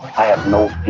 have no.